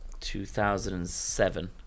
2007